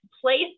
place